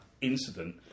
incident